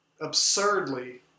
absurdly